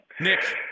Nick